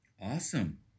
Awesome